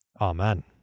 Amen